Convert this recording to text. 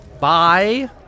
Bye